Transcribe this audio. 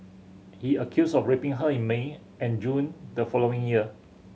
he accused of raping her in May and June the following year